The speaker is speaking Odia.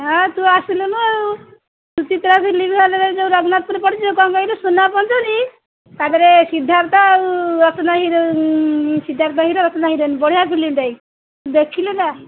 ହଁ ତୁ ଆସିଲୁନୁ ଆଉ ତୁ ସୁଚିତ୍ରା ଫିଲ୍ମ ହଲ୍ ରେ ବି ଯୋଉ ରଘନାଥପୁର ପଡ଼ିଛି ଯୋଉ କ'ଣ କହିଲେ ସୁନାପଞ୍ଜୁରୀ ତା'ପରେ ସିଦ୍ଧାନ୍ତ ଆଉ Rachana hero heroine Siddhanta hero Rachana heroine ବଢ଼ିଆ ଫିଲ୍ମ ଦେଖିଲେ ନା